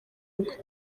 rwe